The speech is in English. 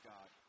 God